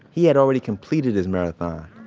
he had already completed his marathon,